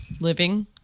Living